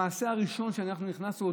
המעשה הראשון כשאנחנו נכנסנו,